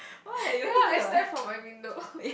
ya I stand from my window